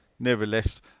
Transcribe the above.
Nevertheless